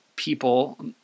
people